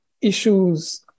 issues